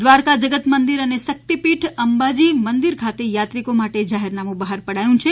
દ્વારકા જગતમંદિર અને શકિતપીછ અંબાજી મંદિર ખાતે થાત્રિકો માટે જાહેરનામુ બહાર પડાથુ છે